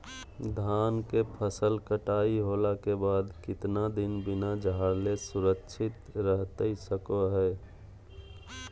धान के फसल कटाई होला के बाद कितना दिन बिना झाड़ले सुरक्षित रहतई सको हय?